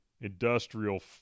industrial